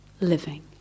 living